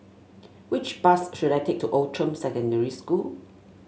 which bus should I take to Outram Secondary School